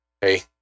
hey